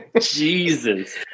jesus